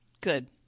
Good